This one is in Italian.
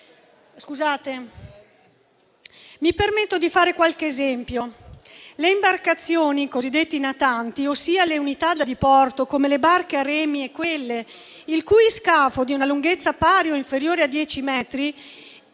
Mi permetto di fare qualche esempio: le imbarcazioni, i cosiddetti natanti, ossia le unità da diporto come le barche a remi e quelle il cui scafo è di una lunghezza pari o inferiore a dieci metri,